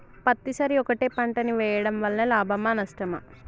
పత్తి సరి ఒకటే పంట ని వేయడం వలన లాభమా నష్టమా?